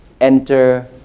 enter